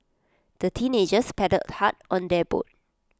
the teenagers paddled hard on their boat